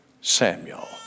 Samuel